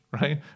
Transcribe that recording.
right